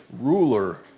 ruler